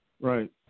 Right